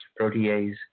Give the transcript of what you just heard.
protease